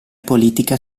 politica